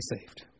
saved